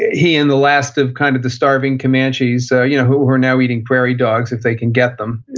he and the last of kind of the starving comanches so you know who were now eating prairie dogs, if they could get them,